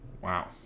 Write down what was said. Wow